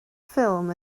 ffilm